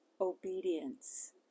obedience